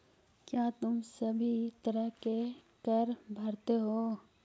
क्या तुम सभी तरह के कर भरते हो?